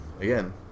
Again